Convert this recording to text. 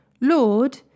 Lord